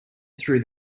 through